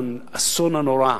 לאסון הנורא,